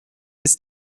ist